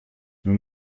nous